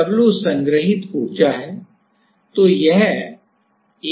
W संग्रहीत ऊर्जा है